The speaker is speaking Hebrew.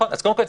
קודם כל,